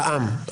העם.